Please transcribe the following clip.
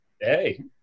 hey